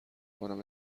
کنم